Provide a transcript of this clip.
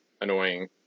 annoying